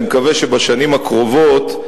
אני מקווה שבשנים הקרובות,